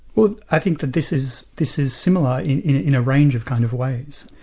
well i think that this is this is similar in in a range of kind of ways.